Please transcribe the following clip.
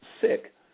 sick